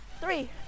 three